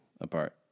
apart